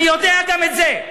אני יודע גם את זה.